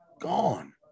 gone